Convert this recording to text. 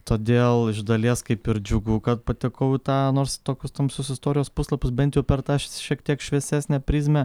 todėl iš dalies kaip ir džiugu kad patekau į tą nors tokius tamsius istorijos puslapius bent jau per tą šiek tiek šviesesnę prizmę